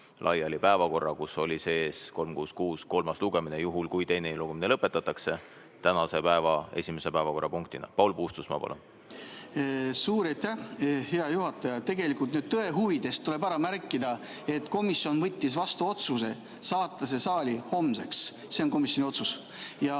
laiali päevakorra, kus oli sees 366 kolmas lugemine, juhul kui teine lugemine lõpetatakse, tänase päeva esimese päevakorrapunktina. Paul Puustusmaa palun! Suur aitäh, hea juhataja! Tõe huvides tuleb ära märkida, et komisjon võttis vastu otsuse saata see saali homseks. See on komisjoni otsus. Ma